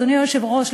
אדוני היושב-ראש,